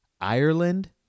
Ireland